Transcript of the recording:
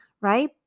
right